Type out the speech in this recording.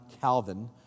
Calvin